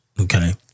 Okay